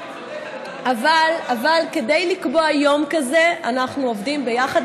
אבל כדי לקבוע יום כזה אנחנו עובדים ביחד